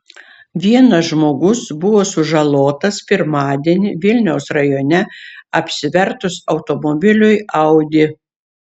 vienas žmogus buvo sužalotas pirmadienį vilniaus rajone apsivertus automobiliui audi